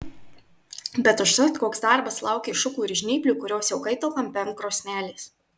bet užtat koks darbas laukė šukų ir žnyplių kurios jau kaito kampe ant krosnelės